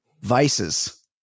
vices